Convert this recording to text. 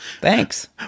Thanks